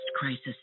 crisis